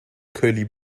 curly